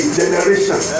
generation